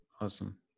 awesome